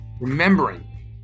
remembering